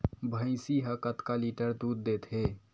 भंइसी हा कतका लीटर दूध देथे?